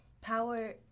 power